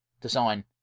design